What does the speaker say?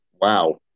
Wow